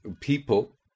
people